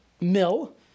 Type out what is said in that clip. mill